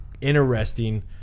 interesting